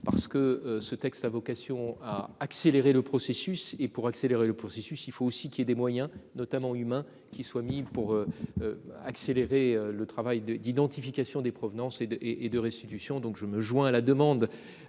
Parce que ce texte à vocation à accélérer le processus et pour accélérer le processus, il faut aussi qu'il y ait des moyens notamment humains qui soit mis pour. Accélérer le travail de d'identification des provenances et et et de restitution. Donc je me joins à la demande.